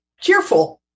cheerful